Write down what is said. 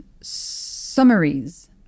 summaries